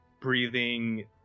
breathing